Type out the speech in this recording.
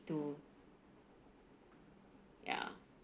to ya